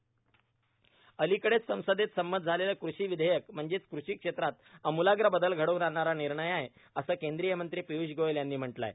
किसान rail प्रारंभ अलिकडेच संसदेत संमत झालेली कृषी विधेयकं म्हणजे कृषी क्षेत्रात आमूलाग्र बदल घडवून आणणारा निर्णय आहेत असं केंद्रीय मंत्री पियुष गोयल यांनी म्हटलं आहे